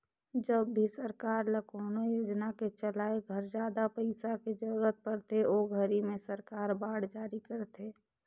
जब भी सरकार ल कोनो योजना के चलाए घर जादा पइसा के जरूरत परथे ओ घरी में सरकार बांड जारी करथे